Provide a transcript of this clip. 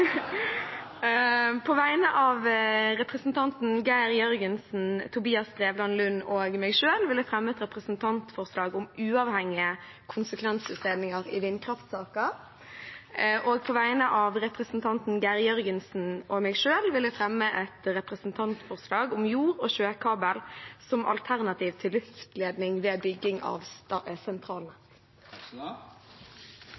På vegne av representantene Geir Jørgensen, Tobias Drevland Lund og meg selv vil jeg fremmet et representantforslag om uavhengige konsekvensutredninger i vindkraftsaker. Og på vegne av representanten Geir Jørgensen og meg selv vil jeg fremme et representantforslag om jord- og sjøkabel som alternativ til luftledning ved bygging av